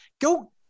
Go